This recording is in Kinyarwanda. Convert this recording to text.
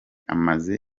amaze